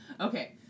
Okay